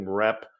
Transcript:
rep